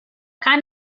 kind